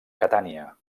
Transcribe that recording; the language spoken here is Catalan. catània